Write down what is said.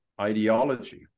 ideology